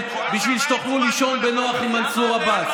בשביל שתוכלו לישון בנוח עם מנסור עבאס.